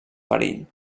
perill